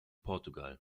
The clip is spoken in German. portugal